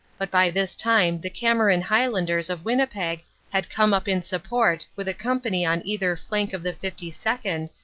but by this time the cameron high landers of winnipeg had come up in support with a company on either flank of the fifty second.